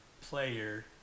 player